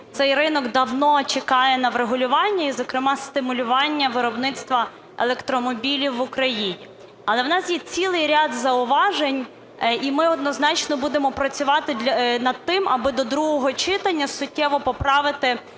цей ринок давно чекає на врегулювання і, зокрема, стимулювання виробництва електромобілів в Україні. Але в нас є цілий ряд зауважень, і ми однозначно будемо працювати над тим, аби до другого читання суттєво поправити